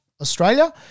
Australia